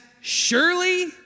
surely